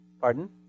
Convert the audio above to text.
Pardon